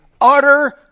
Utter